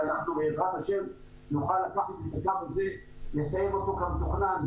שאנחנו בעזרת השם נוכל לקחת את הדבר הזה ולסיים אותו כמתוכנן,